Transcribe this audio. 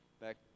back